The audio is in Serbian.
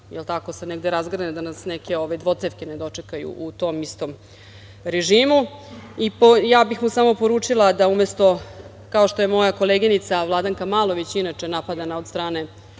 da nas neke dvocevke ne dočekaju u tom istom režimu. Ja bih mu samo poručila da umesto, kao što je moja koleginica Vladanka Malović, inače napadana od strane